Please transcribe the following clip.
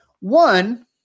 One